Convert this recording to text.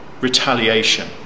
retaliation